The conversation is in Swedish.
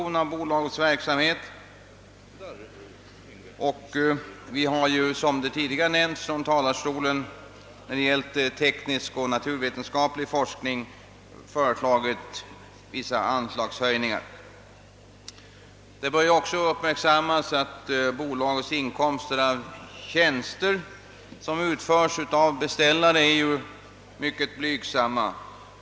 Såsom tidigare nämnts från talarstolen har vi, när det gäller teknisk och naturvetenskaplig forskning, föreslagit vissa anslagshöjningar. Det bör också uppmärksammas att bolagets inkomster av tjänster som utförs för beställare är mycket blygsamma.